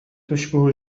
تشبه